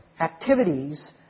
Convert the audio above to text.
activities